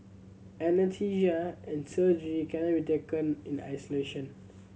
anaesthesia and surgery cannot taken in isolation